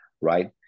right